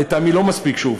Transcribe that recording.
לטעמי, לא מספיק, שוב.